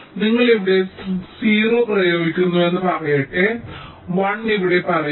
നിങ്ങൾ ഇവിടെ 0 പ്രയോഗിക്കുന്നുവെന്ന് പറയട്ടെ 1 ഇവിടെ പറയുക